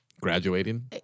Graduating